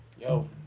Yo